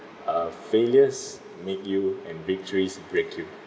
uh failures make you and victories break you